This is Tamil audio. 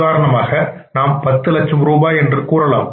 உதாரணமாக நாம் 10 லட்சம் ரூபாய் என்றும் கூறலாம்